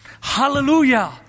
Hallelujah